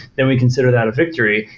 then we consider that a victory.